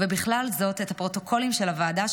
ובכלל זה את הפרוטוקולים של הוועדה,